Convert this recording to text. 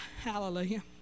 hallelujah